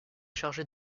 chargé